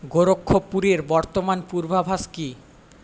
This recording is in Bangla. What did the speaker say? গোরক্ষপুরের বর্তমান পূর্বাভাস কী